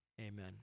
Amen